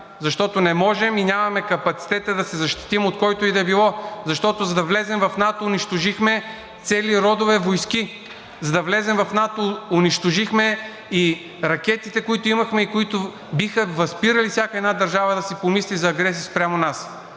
защото не можем и нямаме капацитета да се защитим от който и да е било, защото, за да влезем в НАТО, унищожихме цели родове войски, за да влезем в НАТО, унищожихме и ракетите, които имахме и които биха възпирали всяка една държава да си помисли за агресия спрямо нас.